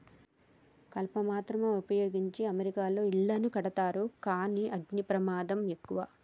కలప మాత్రమే వుపయోగించి అమెరికాలో ఇళ్లను కడతారు కానీ అగ్ని ప్రమాదం ఎక్కువ